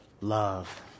love